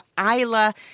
Isla